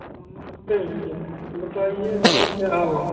हाँ नमस्ते भैया बताइए और क्या हाल है